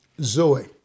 Zoe